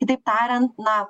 kitaip tariant na